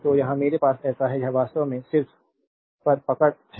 तो यहां मेरे पास ऐसा है यह वास्तव में सिर्फ I पर पकड़ है